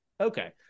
Okay